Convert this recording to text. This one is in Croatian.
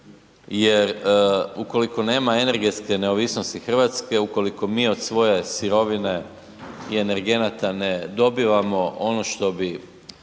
jer ukoliko nema energetske neovisnosti Hrvatske, ukoliko mi od svoje sirovine i energenata ne dobivamo ono što bi